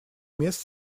мест